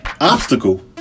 Obstacle